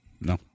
No